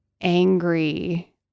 angry